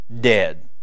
dead